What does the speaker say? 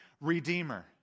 redeemer